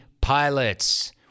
pilots